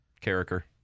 Character